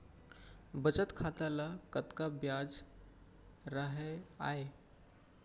बचत खाता ल कतका ब्याज राहय आय?